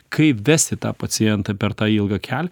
kaip vesti tą pacientą per tą ilgą kelią